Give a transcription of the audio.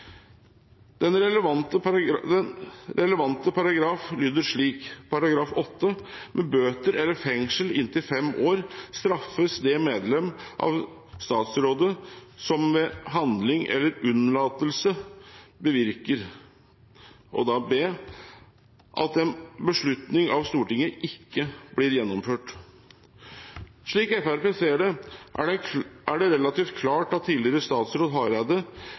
Den relevante paragraf, § 8, lyder slik: «Med bøter eller fengsel inntil 5 år straffes det medlem av Statsrådet som ved handling eller undlatelse bevirker […] b. at en beslutning av Stortinget ikke blir gjennemført […]» Slik Fremskrittspartiet ser det, er det relativt klart at tidligere statsråd Hareide